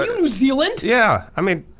new zealand. yeah, i mean.